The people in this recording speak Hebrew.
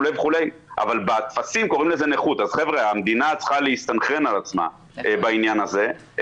המדינה צריכה להסתנכרן על עצמה בעניין הזה.